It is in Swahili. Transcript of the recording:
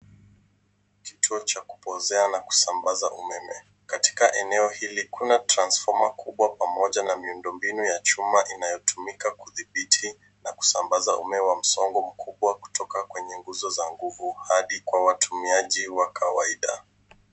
Kituo cha kupozea na kusambaza umeme. Katika eneo hili kuna transforma kubwa pamoja na miundombinu ya chuma inayotumika kudhibiti na kusambaza umeme wa msongo mkubwa kutoka kwenye nguzo za nguvu hadi kwa watumiaji wa kawaida.